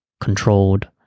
controlled